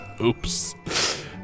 oops